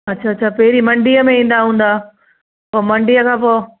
अछा अछा पहिरी मंडीअ में ईंदा हूंदा पोइ मंडीअ खां पोइ